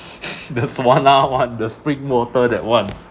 there's suana one the spring water that one